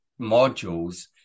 modules